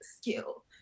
skill